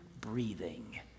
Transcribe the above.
breathing